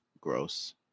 Gross